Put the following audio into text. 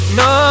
no